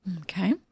Okay